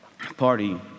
party